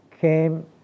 came